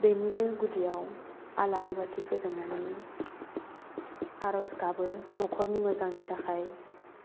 बेनिनो गुदियाव आलारि बाथि फोजोंनानै आरज गाबो न'खरनि मोजांनि थाखाय